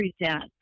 present